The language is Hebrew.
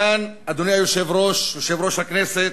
כאן, אדוני היושב-ראש, יושב-ראש הכנסת,